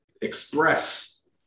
express